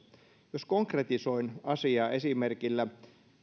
jos konkretisoin asiaa esimerkillä jos